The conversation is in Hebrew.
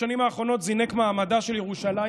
בשנים האחרונות זינק מעמדה של ירושלים